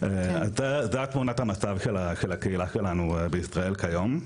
זו תמונת המצב של הקהילה שלנו בישראל כיום.